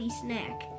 snack